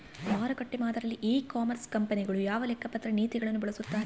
ಮಾರುಕಟ್ಟೆ ಮಾದರಿಯಲ್ಲಿ e commerce ಕಂಪನಿಗಳು ಯಾವ ಲೆಕ್ಕಪತ್ರ ನೇತಿಗಳನ್ನು ಬಳಸುತ್ತಾರೆ?